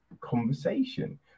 conversation